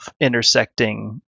intersecting